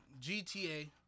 GTA